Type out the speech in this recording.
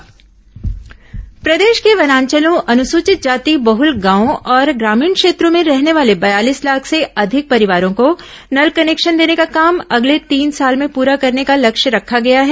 मुफ्त नल कनेक्शन प्रदेश के वनांचलों अनुसूचित जाति बहुल गांवों और ग्रामीण क्षेत्रों में रहने वाले बयालीस लाख से अधिक परिवारों को नल कनेक्शन देने का काम अगले तीन साल में पूरा करने का लक्ष्य रखा गया है